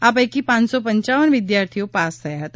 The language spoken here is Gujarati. આ પૈકી પપપ વિદ્યાર્થીઓ પાસ થયા હતા